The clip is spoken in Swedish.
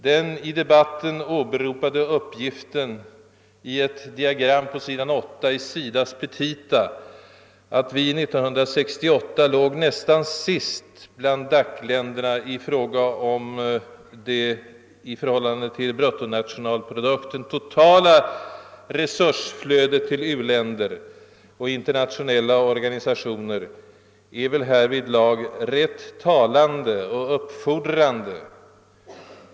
Den i debatten åberopade uppgiften i ett diagram på s. 8 i SIDA:s petita, att Sverige 1968 låg nästan sist bland DAC-länderna i fråga om det i förhållande till bruttonationalprodukten totala resursflödet till u-länder och internationella organisationer, är väl härvidlag talande och starkt uppfordrande.